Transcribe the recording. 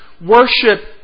worship